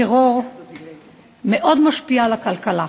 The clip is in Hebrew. טרור מאוד משפיע על הכלכלה,